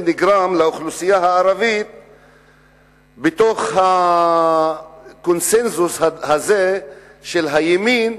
נגרם לאוכלוסייה הערבית בתוך הקונסנזוס הזה של הימין,